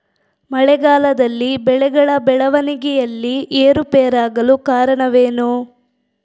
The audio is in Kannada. ಮಳೆಗಾಲದಲ್ಲಿ ಬೆಳೆಗಳ ಬೆಳವಣಿಗೆಯಲ್ಲಿ ಏರುಪೇರಾಗಲು ಕಾರಣವೇನು?